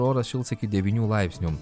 oras šils iki dveynių laipsnių